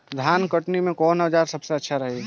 धान कटनी मे कौन औज़ार सबसे अच्छा रही?